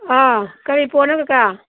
ꯑꯥ ꯀꯔꯤ ꯄꯣꯠꯅꯣ ꯀꯀꯥ